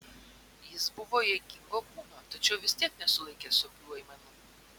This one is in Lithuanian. jis buvo jėgingo kūno tačiau vis tiek nesulaikė sopių aimanų